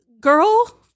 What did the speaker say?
girl